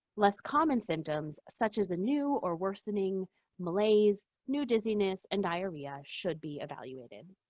less common symptoms, such as a new or worsening malaise, new dizziness and diarrhea should be evaluated.